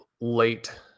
late